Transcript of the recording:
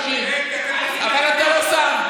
אבל אתה לא שם.